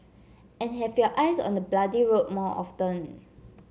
and have your eyes on the bloody road more often